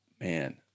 man